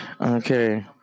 Okay